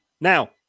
Now